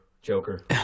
Joker